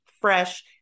fresh